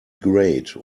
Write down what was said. grate